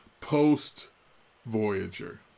post-Voyager